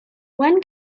when